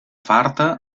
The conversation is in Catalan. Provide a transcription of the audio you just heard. farta